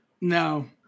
No